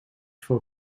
for